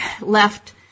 left